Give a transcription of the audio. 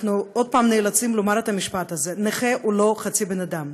אנחנו שוב נאלצים לומר את המשפט הזה: נכה הוא לא חצי בן אדם.